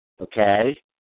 okay